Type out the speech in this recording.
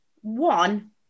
one